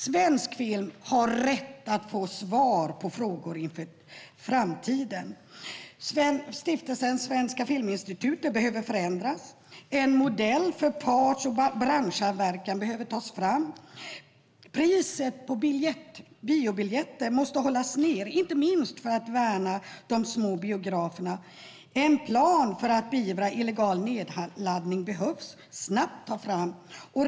Svensk film har rätt att få svar på frågor inför framtiden. Stiftelsen Svenska Filminstitutet behöver förändras. En modell för parts och branschsamverkan behöver tas fram. Priset på biobiljetter måste hållas nere, inte minst för att värna de små biograferna. En plan för att beivra illegal nedladdning behöver tas fram snabbt.